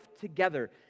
together